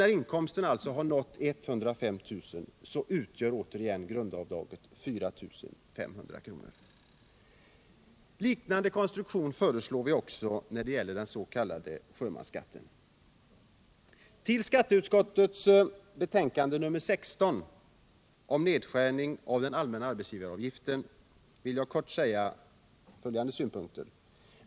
När inkomsten nått 105 000 utgör grundavdraget 4 500 kr. En liknande konstruktion föreslår vi också när det gäller den s.k. sjömansskatten. Med anledning av skatteutskottets betänkande nr 16 om nedskärning av den allmänna arbetsgivaravgiften vill jag kort säga följande.